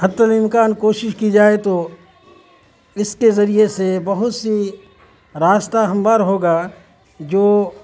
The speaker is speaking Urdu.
حتی الامکان کوشش کی جائے تو اس کے ذریعے سے بہت سی راستہ ہموار ہوگا جو